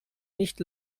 nicht